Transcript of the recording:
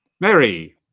Mary